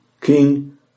king